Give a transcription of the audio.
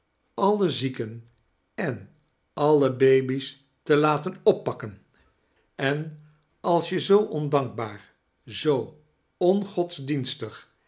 alle zdeken e n alle babies te laten oppakken en als je zoo ondankbaar zoo ongodsdienstig